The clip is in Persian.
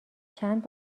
چند